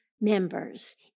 members